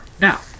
Now